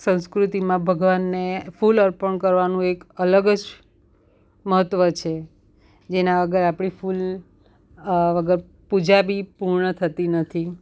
સંસ્કૃતિમાં ભગવાનને ફૂલ અર્પણ કરવાનું એક અલગ જ મહત્ત્વ છે જેના વગર આપણે ફૂલ વગર પૂજા બી પૂર્ણ થતી નથી